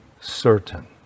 certain